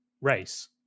race